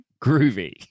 groovy